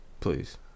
Please